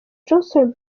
johnson